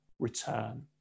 return